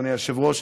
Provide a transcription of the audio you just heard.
אדוני היושב-ראש,